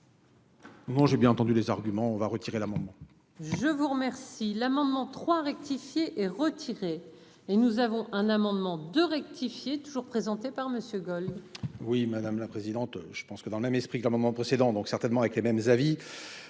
Non, j'ai bien entendu les arguments, on va retirer l'amendement. Je vous remercie l'amendement 3 rectifier et retirer les nous avons un amendement de rectifier toujours présenté par Monsieur goal. Oui, madame la présidente, je pense que dans le même esprit que l'amendement précédent donc certainement avec les mêmes avis